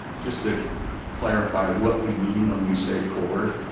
just to clarify what we mean when we say chord.